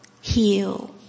heal